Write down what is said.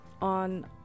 on